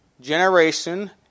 generation